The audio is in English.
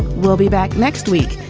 we'll be back next week.